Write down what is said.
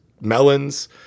melons